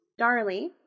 Darlie